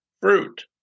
fruit